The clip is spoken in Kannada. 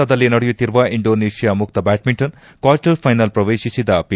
ಜಕಾರ್ತಾದಲ್ಲಿ ನಡೆಯುತ್ತಿರುವ ಇಂಡೋನೇಷ್ಟಾ ಮುಕ್ತ ಬ್ವಾಡ್ನಿಂಟನ್ ಕ್ವಾರ್ಟಫ್ಪೆನಲ್ ಪ್ರವೇಶಿಸಿದ ಪಿ